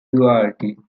duarte